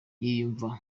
yiyumva